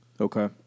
Okay